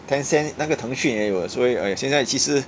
tencent 那个腾讯也有所以 !aiyo! 现在其实